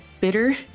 bitter